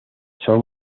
son